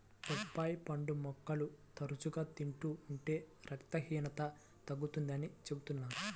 బొప్పాయి పండు ముక్కలు తరచుగా తింటూ ఉంటే రక్తహీనత తగ్గుతుందని చెబుతున్నారు